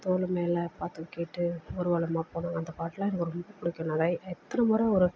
தோளு மேல அப்பா தூக்கிட்டு ஊர்வோலமாக போனாரு அந்த பாட்டுலாம் எனக்கு ரொம்ப பிடிக்கும் நாலாம் எத்தனை முற ஒரு